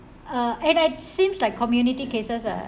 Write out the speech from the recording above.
uh and it seems like community cases are